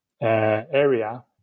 area